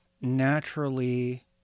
naturally